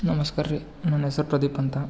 ನಮಸ್ಕಾರ ರೀ ನನ್ನ ಹೆಸ್ರು ಪ್ರದೀಪ್ ಅಂತ